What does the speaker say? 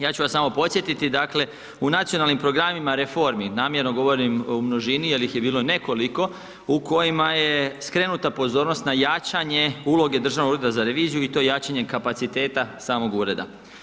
Ja ću vas samo podsjetiti u nacionalnim programima reformi, namjerno govorim o množini, jer ih je bilo nekoliko, u kojima je skrenuta pozornost na jačanje, uloge Državnog ureda za reviziju i to jačanje kapaciteta samog ureda.